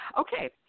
Okay